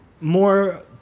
more